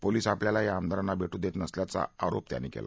police आपल्याला या आमदारांना भेट्टिदेत नसल्याचा आरोप त्यांनी केला